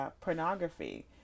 pornography